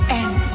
end